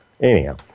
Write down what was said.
Anyhow